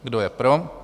Kdo je pro?